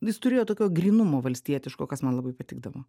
jis turėjo tokio grynumo valstietiško kas man labai patikdavo